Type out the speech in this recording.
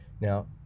Now